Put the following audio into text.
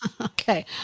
Okay